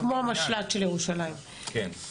יש תוכנית של כמה שנים, מעבר